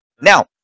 Now